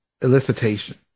elicitation